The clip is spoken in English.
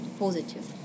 Positive